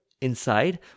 inside